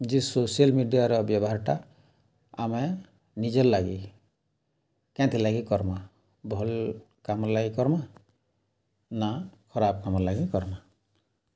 ଯେ ସୋସିଆଲ୍ ମିଡ଼ିଆର ବ୍ୟବହାରଟା ଆମେ ନିଜର ଲାଗି କେନ୍ତି ଲାଗି କର୍ମା ଭଲ କାମ ଲାଗି କର୍ମା ନା ଖରାପ କାମ ଲାଗି କର୍ମା